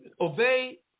obey